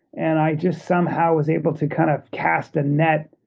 and i just somehow was able to kind of cast a net,